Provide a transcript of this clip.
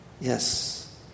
Yes